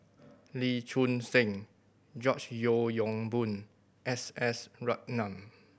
Lee Choon Seng George Yeo Yong Boon S S Ratnam